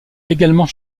également